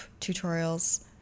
tutorials